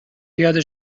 پیاده